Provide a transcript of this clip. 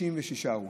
66 הרוגים.